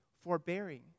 forbearing